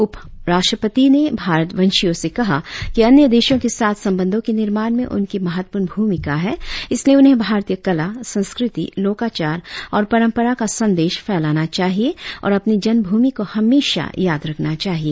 उप राष्ट्रपति ने भारतवंशियों से कहा कि अन्य देशों के साथ संबंधों के निर्माण में उनकी महत्वपूर्ण भूमिका है इस लिए उन्हें भारतीय कला संस्कृति लोकाचार और परंपरा का संदेश फैलाना चाहिए और अपनी जन्मभूमि को हमेशा याद रखना चाहिए